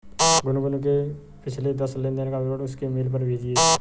गुनगुन के पिछले दस लेनदेन का विवरण उसके मेल पर भेजिये